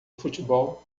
futebol